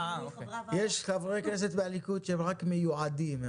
יש חברי כנסת מהליכוד שהם רק מיועדים,